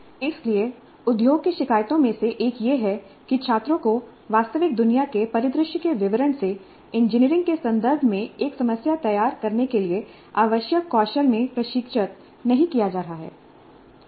इसलिए उद्योग की शिकायतों में से एक यह है कि छात्रों को वास्तविक दुनिया के परिदृश्य के विवरण से इंजीनियरिंग के संदर्भ में एक समस्या तैयार करने के लिए आवश्यक कौशल में प्रशिक्षित नहीं किया जा रहा है